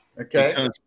Okay